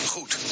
Goed